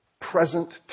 present